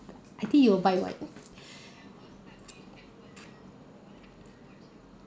I think you will buy one